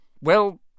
Well